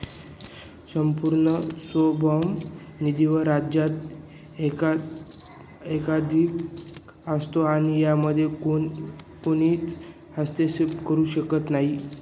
संपूर्ण सार्वभौम निधीवर राज्याचा एकाधिकार असतो आणि यामध्ये कोणीच हस्तक्षेप करू शकत नाही